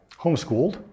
homeschooled